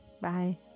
Bye